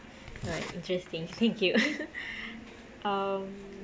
right interesting thank you um